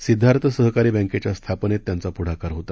सिद्धार्थ सहकारी बँकेच्या स्थापनेत त्यांचा पुढाकार होता